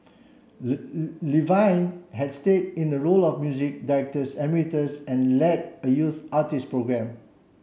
Levine had stayed in a role of music emeritus and led a youth artist program